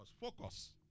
Focus